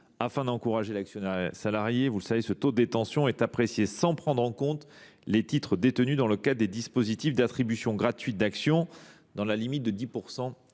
Afin d’encourager l’actionnariat salarié, le taux de détention est apprécié sans prendre en compte les titres détenus dans le cadre des dispositifs d’attribution gratuite d’actions, dans la limite de 10